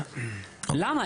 למה?